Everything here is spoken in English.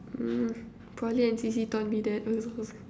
mm prolly and C_C taught me that